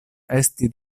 esti